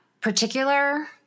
particular